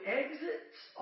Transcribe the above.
exits